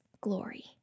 glory